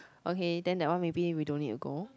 okay then that one maybe we don't need to go